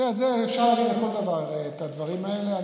תראה, אפשר בכל דבר את הדברים האלה.